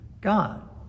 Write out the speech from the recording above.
God